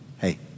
Hey